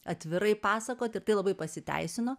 atvirai pasakot ir tai labai pasiteisino